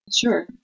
Sure